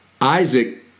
Isaac